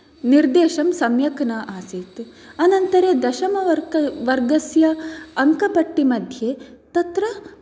निर्देशं सम्यक् न आसीत् अनन्तरं दशम वर्ग् वर्गस्य अङ्क पट्टि मध्ये तत्र